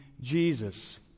Jesus